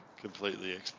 Completely